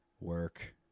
work